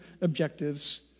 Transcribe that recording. objectives